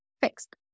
fixed